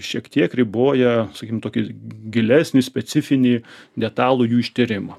šiek tiek riboja sakykim tokį gilesnį specifinį detalų jų ištyrimą